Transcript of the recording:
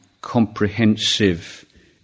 comprehensive